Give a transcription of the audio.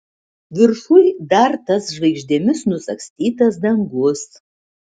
viršuj dar tas žvaigždėmis nusagstytas dangus